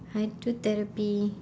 hydrotherapy